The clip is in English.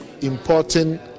importing